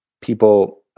people